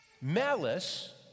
Malice